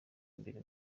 imbere